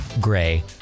Gray